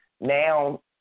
Now